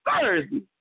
Thursday